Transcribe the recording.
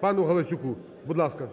пану Галасюку. Будь ласка.